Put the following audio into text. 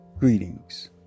Greetings